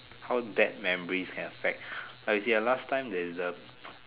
how bad memories can affect like you see last time there is the